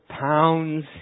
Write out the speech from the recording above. pounds